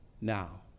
now